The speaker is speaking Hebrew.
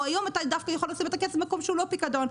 או היום אתה יכול לשים את הכסף במקום שהוא לא פיקדון.